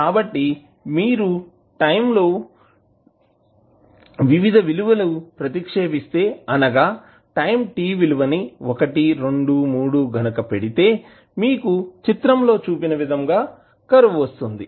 కాబట్టి మీరు time t లో వివిధ విలువలు ప్రతిక్షేపిస్తే అనగా టైం t విలువ ని 123 గనుక పెడితే మీకు చిత్రం లో చూపిన విధంగా కర్వ్ వస్తుంది